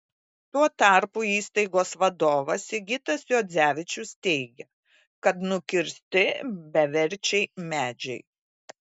tuo tarpu įstaigos vadovas sigitas juodzevičius teigia kad nukirsti beverčiai medžiai